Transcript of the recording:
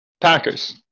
Packers